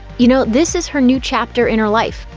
you know, this is her new chapter in her life,